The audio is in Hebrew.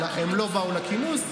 הם לא באו לכינוס,